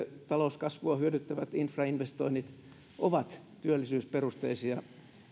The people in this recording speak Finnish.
talouskasvua hyödyttävät infrainvestoinnit ovat työllisyysperusteisia